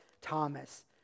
Thomas